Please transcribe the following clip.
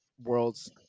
world's